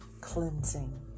cleansing